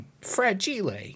Fragile